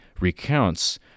recounts